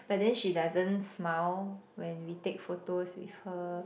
but then she doesn't smile when we take photos with her